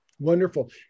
Wonderful